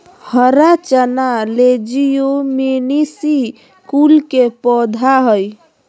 हरा चना लेज्युमिनेसी कुल के पौधा हई